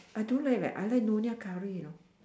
I don't like leh I like nyonya curry you know